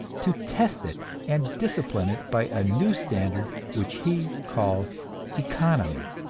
to test it and discipline it by a new standard which he calls economy.